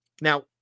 Now